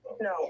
No